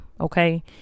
Okay